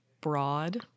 broad